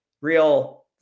real